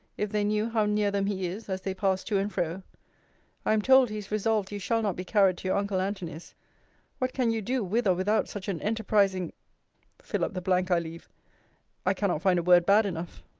if they knew how near them he is, as they pass to and fro i am told, he is resolved you shall not be carried to your uncle antony's what can you do, with or without such an enterprising fill up the blank i leave i cannot find a word bad enough